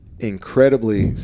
incredibly